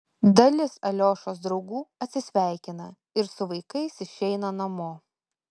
dalis aliošos draugų atsisveikina ir su vaikais išeina namo